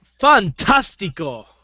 Fantastico